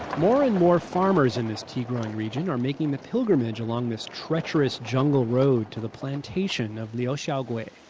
more and more farmers in this tea-growing region are making the pilgrimage along this treacherous jungle road to the plantation of liao xiugui.